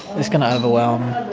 it's going to overwhelm,